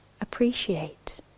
Appreciate